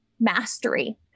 mastery